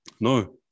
No